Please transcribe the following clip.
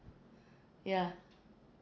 yeah